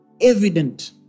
evident